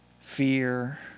Fear